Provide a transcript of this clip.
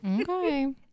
Okay